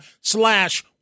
slash